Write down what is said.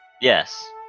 Yes